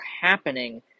happening